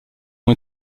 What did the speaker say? ont